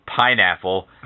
Pineapple